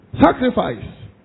Sacrifice